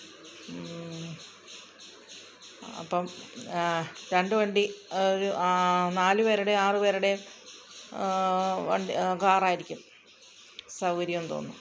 അപ്പോള് രണ്ട് വണ്ടി ഒരു നാല് പേരുടെ ആറ് പേരുടെ വണ്ടി കാറായിരിക്കും സൗകര്യമെന്ന് തോന്നുന്നു